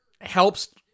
helps